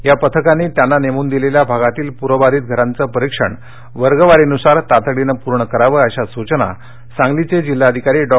या पथकांनी त्यांना नेमून दिलेल्या भागातील पूर बाधीत घरांचं परीक्षण वर्गवारीनुसार तातडीनं पूर्ण करावं अशा सूचना सांगलीचे जिल्हाधिकारी डॉ